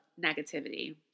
negativity